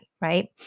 right